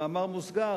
במאמר מוסגר,